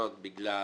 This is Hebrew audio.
וזאת בגלל